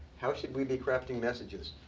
how should we be crafting messages?